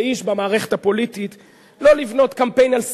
לאיש במערכת הפוליטית לא לבנות קמפיין על שנאה.